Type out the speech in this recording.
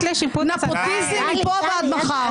טלי, לא התקבלת לשיפוט --- נפוטיזם מפה ועד מחר.